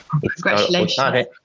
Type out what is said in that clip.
Congratulations